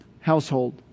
household